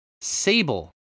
Sable